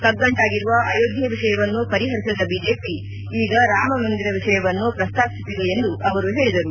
ಕಗ್ಗಂಟಾಗಿರುವ ಅಯೋಧ್ವೆ ವಿಷಯವನ್ನು ಪರಿಹರಿಸದ ಬಿಜೆಪಿ ಈಗ ರಾಮ ಮಂದಿರ ವಿಷಯವನ್ನು ಪ್ರಸ್ತಾಪಿಸುತ್ತಿದೆ ಎಂದು ಅವರು ಹೇಳಿದರು